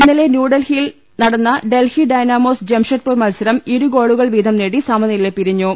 ഇന്നലെ ന്യൂഡൽഹിയിൽ നടന്ന ഡൽഹി ഡൈനാ മോസ് ജംഷഡ്പൂർ മത്സരം ഇരുഗോളുകൾ വീതം നേടി സമനിലയിൽ പിരിഞ്ഞു